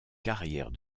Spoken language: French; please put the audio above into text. carrière